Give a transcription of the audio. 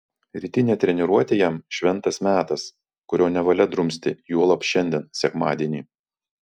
rytinė treniruotė jam šventas metas kurio nevalia drumsti juolab šiandien sekmadienį